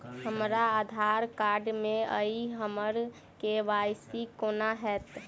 हमरा आधार कार्ड नै अई हम्मर के.वाई.सी कोना हैत?